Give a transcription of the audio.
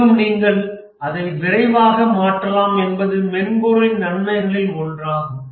மேலும் நீங்கள் அதை விரைவாக மாற்றலாம் என்பது மென்பொருளின் நன்மைகளில் ஒன்றாகும்